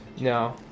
No